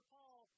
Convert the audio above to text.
Paul